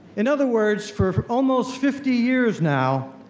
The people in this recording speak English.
in other words, for almost fifty years now,